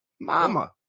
Mama